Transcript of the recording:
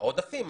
עודפים.